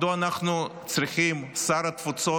מדוע אנחנו צריכים את שר התפוצות,